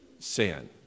Sin